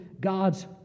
God's